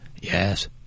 Yes